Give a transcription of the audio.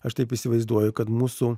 aš taip įsivaizduoju kad mūsų